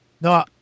No